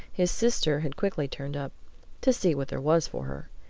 his sister had quickly turned up to see what there was for her.